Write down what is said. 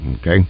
Okay